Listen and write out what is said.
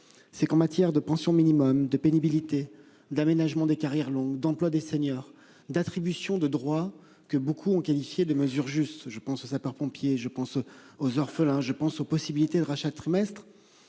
C'est qu'en matière de pensions minimum de pénibilité d'aménagement des carrières longues d'emploi des seniors d'attribution de droits que beaucoup ont qualifié de mesure juste je pense sapeurs-pompiers. Je pense aux orphelins. Je pense aux possibilité de rachat de trimestres.